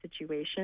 situation